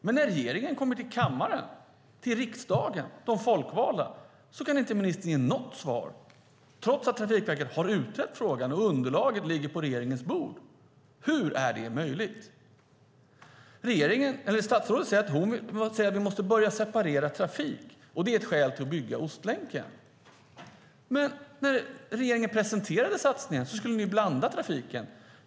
Men när regeringen kommer till kammaren, till riksdagen, till de folkvalda, kan inte ministern ge något svar, trots att Trafikverket har utrett frågan och underlaget ligger på regeringens bord. Hur är det möjligt? Statsrådet säger att vi måste börja separera trafik och att det är ett skäl att bygga Ostlänken. Men när regeringen presenterade satsningen skulle man blanda trafiken.